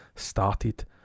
Started